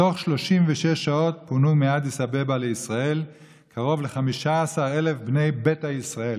בתוך 36 שעות פונו מאדיס אבבה לישראל קרוב ל-15,000 בני ביתא ישראל,